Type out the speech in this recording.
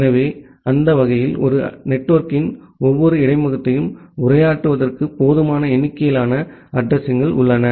எனவே அந்த வகையில் ஒரு நெட்வொர்க்கின் ஒவ்வொரு இடைமுகத்தையும் உரையாற்றுவதற்கு போதுமான எண்ணிக்கையிலான அட்ரஸிங்கள் உள்ளன